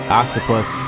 octopus